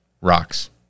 Rocks